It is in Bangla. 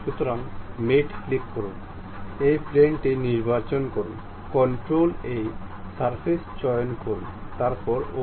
সুতরাং মেট ক্লিক করুন এই প্লেনটি নির্বাচন করুন কন্ট্রোল এই পৃষ্ঠ চয়ন করুন তারপর OK